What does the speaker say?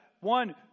one